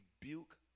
rebuke